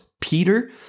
Peter